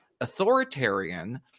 authoritarian